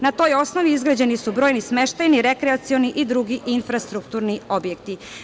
Na toj osnovi izgrađeni su brojni smeštajni, rekreacioni i drugi infrastrukturni objekti.